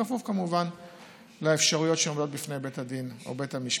בכפוף כמובן לאפשרויות שעומדות בפני בית הדין או בית המשפט.